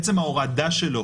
עצם ההורדה שלו